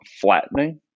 flattening